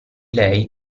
lei